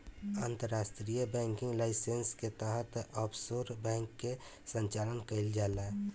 अंतर्राष्ट्रीय banking licence के तहत ऑफशोर बैंक के संचालन कईल जाला